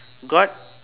god